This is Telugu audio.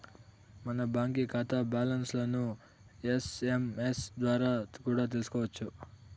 మన బాంకీ కాతా బ్యాలన్స్లను ఎస్.ఎమ్.ఎస్ ద్వారా కూడా తెల్సుకోవచ్చు